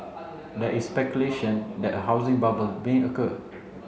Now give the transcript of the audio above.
there is speculation that a housing bubble may occur